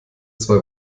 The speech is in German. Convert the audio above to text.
zwei